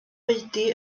oedi